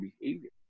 behavior